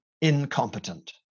incompetent